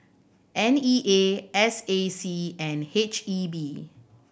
N E A S A C and H E B